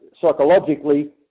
psychologically